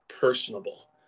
personable